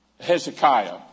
hezekiah